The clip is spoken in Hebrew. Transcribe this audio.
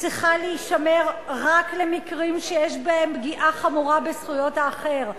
צריכה להישמר רק למקרים שיש פגיעה חמורה בזכויות האחר,